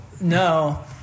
No